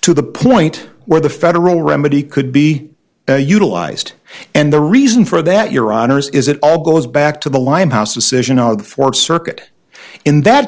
to the point where the federal remedy could be utilized and the reason for that your honour's is it all goes back to the limehouse decision of the fourth circuit in that